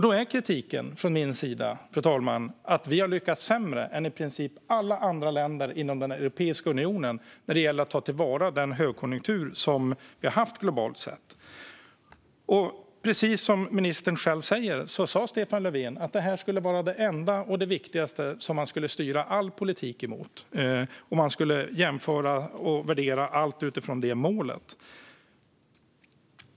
Då är kritiken från min sida, fru talman, att vi har lyckats sämre än i princip alla andra länder inom Europeiska unionen när det gäller att ta till vara den högkonjunktur som vi har haft globalt sett. Precis som ministern själv säger sa Stefan Löfven att det här skulle vara det enda. Det skulle vara det viktigaste målet, som man skulle styra all politik emot. Man skulle jämföra och värdera allt utifrån det målet.